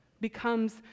becomes